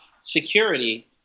security